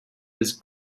his